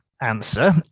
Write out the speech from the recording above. answer